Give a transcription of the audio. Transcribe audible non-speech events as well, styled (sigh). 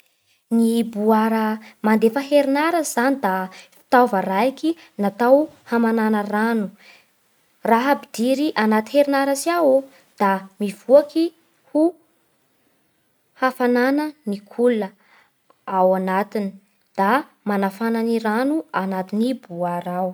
Ny boara mandefa herinaritsy zany da fitaova raiky natao hamanana rano. Raha ampidiry agnaty herinaritsy aô da mivoaky ho (hesitation) hafanana ny cool (hesitation) ao anatiny da manafana ny rano agnatin'ny boara ao.